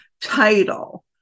title